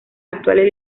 actuales